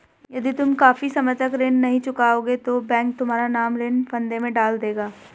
यदि तुम काफी समय तक ऋण नहीं चुकाओगे तो बैंक तुम्हारा नाम ऋण फंदे में डाल देगा